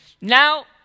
Now